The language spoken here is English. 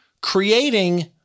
creating